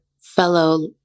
fellow